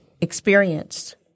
experienced